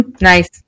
Nice